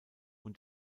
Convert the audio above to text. und